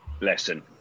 Lesson